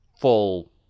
full